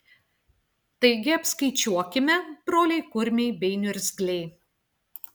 taigi apskaičiuokime broliai kurmiai bei niurzgliai